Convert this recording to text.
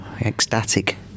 Ecstatic